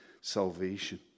salvation